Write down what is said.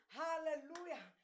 hallelujah